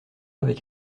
avec